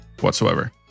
whatsoever